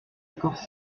accords